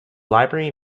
library